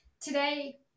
Today